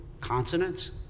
consonants